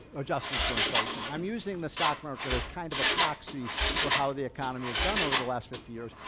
adjusted for inflation. i'm using the stock market as kind of a proxy for how the economy has done over the last fifty years.